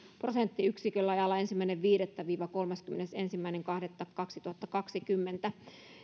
prosenttiyksiköllä ajalla ensimmäinen viidettä viiva kolmaskymmenesensimmäinen kahdettatoista kaksituhattakaksikymmentä